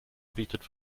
bietet